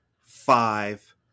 five